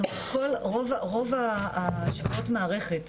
רוב שבועות מערכת,